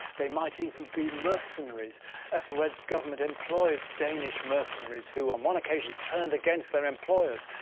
they might even be mercenaries ethelred's government employed danish mercenaries who on one occasion turned against their employers,